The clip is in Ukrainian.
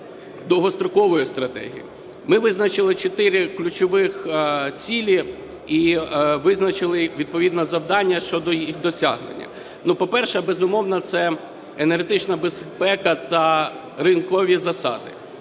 дострокової стратегії. Ми визначили чотири ключових цілі і визначили відповідне завдання щодо їх досягнення. По-перше, безумовно, це енергетична безпека та ринкові засади.